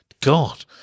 God